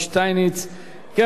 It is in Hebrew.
כן, רבותי, אנחנו ממשיכים.